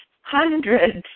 hundreds